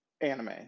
anime